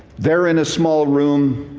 there, in a small room,